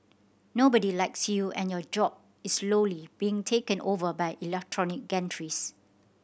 nobody likes you and your job is slowly being taken over by electronic gantries